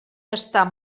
estar